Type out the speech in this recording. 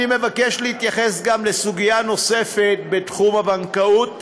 אני מבקש להתייחס גם לסוגיה נוספת בתחום הבנקאות,